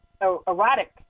erotic